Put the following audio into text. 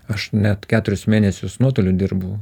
aš net keturis mėnesius nuotoliu dirbu